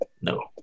No